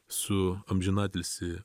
su amžinatilsį